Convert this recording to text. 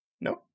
no